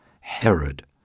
herod